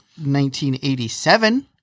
1987